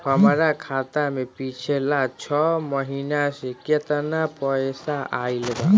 हमरा खाता मे पिछला छह महीना मे केतना पैसा आईल बा?